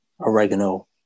oregano